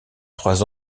trois